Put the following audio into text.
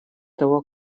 того